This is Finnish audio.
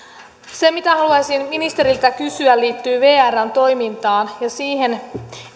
se mitä haluaisin ministeriltä kysyä liittyy vrn toimintaan ja siihen